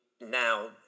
now